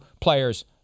players